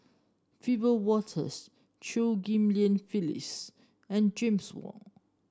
Wiebe Wolters Chew Ghim Lian Phyllis and James Wong